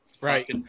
right